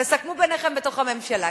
תסכמו ביניכם בתוך הממשלה.